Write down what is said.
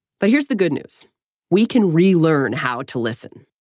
but here's the good news we can re-learn how to listen.